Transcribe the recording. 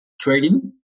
trading